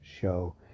show